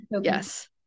yes